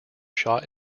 shot